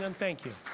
and thank you.